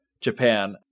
Japan